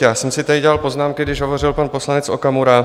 Já jsem si tady dělal poznámky, když hovořil pan poslanec Okamura.